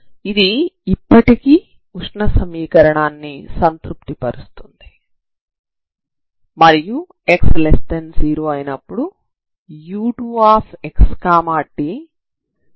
ఇది ఇప్పటికీ ఉష్ణ సమీకరణాన్ని సంతృప్తి పరుస్తుంది మరియు x0 అయినప్పుడు u2xtu xt అవుతుంది